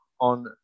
on